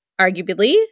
arguably